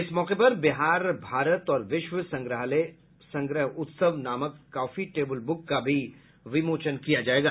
इस मौके पर बिहार भारत और विश्व संग्रहालय संग्रह उत्सव नामक काफी टेबुल बुक का भी विमोचन किया जायेगा